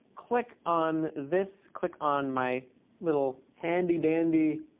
click on this, click on my little handy dandy